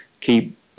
keep